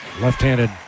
left-handed